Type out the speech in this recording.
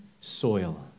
soil